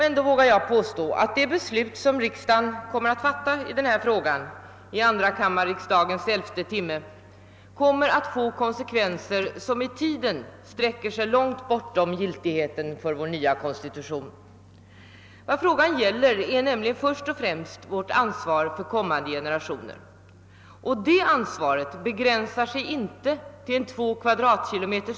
Ändå vågar jag påstå att det beslut som riksdagen kommer att fatta i denna fråga i tvåkammarriksdagens elfte timme kommer att få konsekvenser, som i tiden sträcker sig långt bortom giltigheten för vår nya konstitution. Vad frågan gäller är nämligen först och främst vårt ansvar för kommande generationer. Det ansvaret begränsar sig icke till en 2 km?